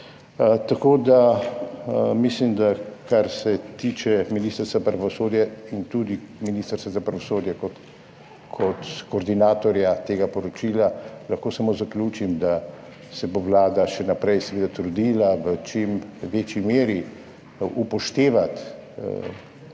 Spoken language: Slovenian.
otroci. Mislim, kar se tiče Ministrstva za pravosodje in tudi Ministrstva za pravosodje kot koordinatorja tega poročila, da lahko samo zaključim, da se bo Vlada še naprej trudila v čim večji meri upoštevati